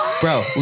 Bro